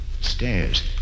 Stairs